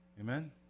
Amen